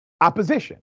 opposition